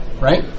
right